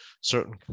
certain